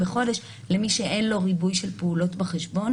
האשראי, מי שבעיקר ייפגע כאן אלה העסקים הקטנים.